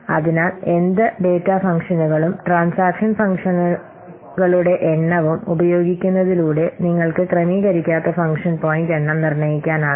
അതിനാൽ എന്ത് ഡാറ്റാ ഫംഗ്ഷനുകളും ട്രാൻസാക്ഷൻ ഫംഗ്ഷനുകളുടെ എണ്ണവും ഉപയോഗിക്കുന്നതിലൂടെ നിങ്ങൾക്ക് ക്രമീകരിക്കാത്ത ഫംഗ്ഷൻ പോയിന്റ് എണ്ണം നിർണ്ണയിക്കാനാകും